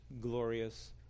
glorious